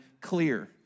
clear